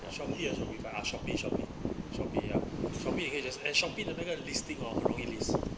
Shopee also require ah Shopee Shopee Shopee ya Shopee 你可以 just eh Shopee 那个 listing 很容易 list